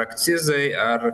akcizai ar